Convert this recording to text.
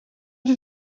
did